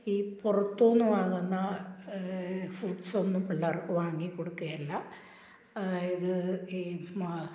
ഈ പുറത്തു നിന്ന് വാങ്ങുന്ന ഫുട്സൊന്നും പിള്ളേര്ക്ക് വാങ്ങി കൊടുക്കുകയില്ല ഇത് ഈ മ